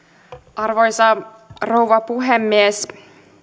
arvoisa rouva puhemies